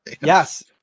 yes